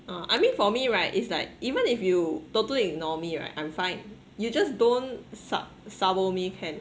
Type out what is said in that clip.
ah I mean for me right it's like even if you totally ignore me right I'm fine you just don't sab~ sabo me can